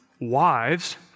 wives